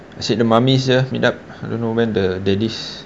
asyik the mummy jer meet up I don't know the daddies